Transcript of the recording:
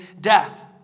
death